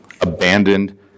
abandoned